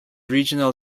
regional